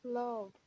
love